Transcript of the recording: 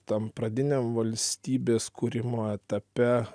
tam pradiniam valstybės kūrimo etape